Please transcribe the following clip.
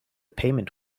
payment